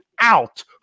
out